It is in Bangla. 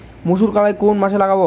মুসুরকলাই কোন মাসে লাগাব?